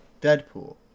Deadpool